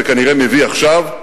וכנראה מביא עכשיו,